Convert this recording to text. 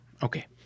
Okay